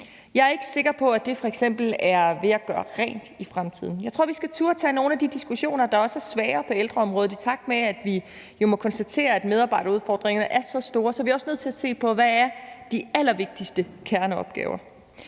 Jeg er ikke sikker på, det f.eks. er ved at gøre rent i fremtiden. Jeg tror, vi skal turde at tage nogle af de diskussioner, der også er svære, på ældreområdet. I takt med at vi jo må konstatere, at medarbejderudfordringerne er så store, er vi også nødt til at se på, hvad de allervigtigste kerneopgaver